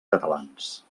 catalans